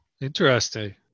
interesting